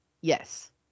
Yes